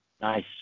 nice